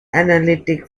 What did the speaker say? analytic